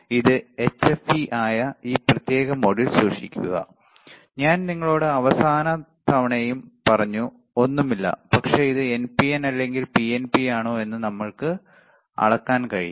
ഇത് HFE ആയ ഈ പ്രത്യേക മോഡിൽ സൂക്ഷിക്കുക ഞാൻ നിങ്ങളോട് അവസാന തവണയും പറഞ്ഞു ഒന്നും ഇല്ല പക്ഷേ അത് എൻപിഎൻ അല്ലെങ്കിൽ പിഎൻപിയാണോ എന്ന് നമ്മൾക്ക് അളക്കാൻ കഴിയും